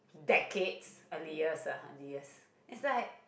decades earliest ah earliest it's like